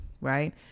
right